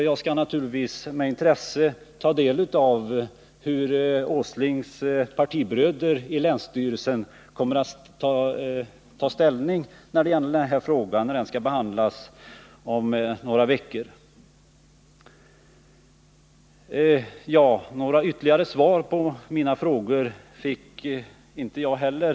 Jag skall naturligtvis med intresse ta del av hur herr Åslings partibröder i länsstyrelsen kommer att ställa sig till detta när frågan skall behandlas om några veckor. Några ytterligare svar på mina frågor fick inte jag heller.